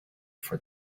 for